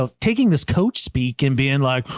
ah taking this coach speak and being like,